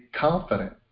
confident